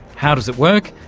how does it work?